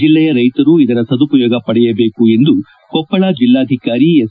ಜಿಲ್ಲೆಯ ರೈತರು ಇದರ ಸದುಪಯೋಗ ಪಡೆಯ ಬೇಕು ಎಂದು ಕೊಪ್ಪಳ ಜಿಲ್ಲಾಧಿಕಾರಿ ಎಸ್